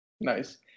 Nice